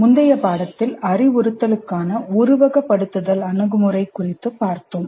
முந்தைய பாடத்தில் அறிவுறுத்தலுக்கான உருவகப்படுத்துதல் அணுகுமுறை குறித்து பார்த்தோம்